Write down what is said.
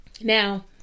Now